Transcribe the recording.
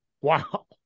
wow